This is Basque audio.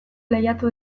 lehiatu